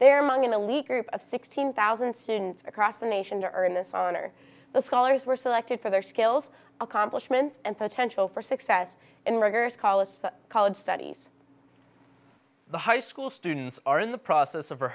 there among an elite group of sixteen thousand students across the nation to earn this honor the scholars were selected for their skills accomplishments and potential for success in rigorous colace college studies the high school students are in the process of